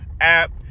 app